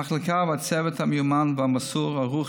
המחלקה והצוות המיומן והמסור ערוכים